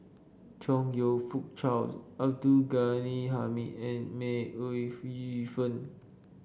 Chong You Fook Charles Abdul Ghani Hamid and May Ooi Yu Fen